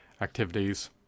activities